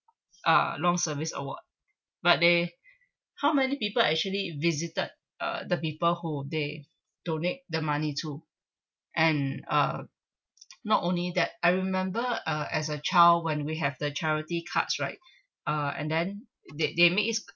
uh long service award but they how many people actually visited uh the people who they donate the money to and uh not only that I remember uh as a child when we have the charity cards right uh and then they they make is